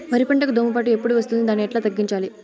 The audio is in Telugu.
వరి పంటకు దోమపోటు ఎప్పుడు వస్తుంది దాన్ని ఎట్లా తగ్గించాలి?